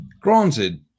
granted